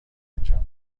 انجام